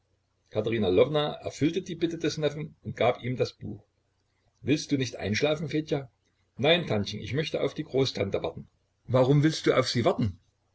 katerina lwowna erfüllte die bitte des neffen und gab ihm das buch willst du nicht einschlafen fedja nein tantchen ich möchte auf die großtante warten warum willst du auf sie warten